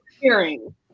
hearing